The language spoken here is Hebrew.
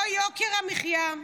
לא יוקר המחיה,